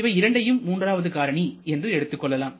இவை இரண்டையும் மூன்றாவது காரணி என்று எடுத்துக் கொள்ளலாம்